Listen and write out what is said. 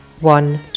one